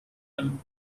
them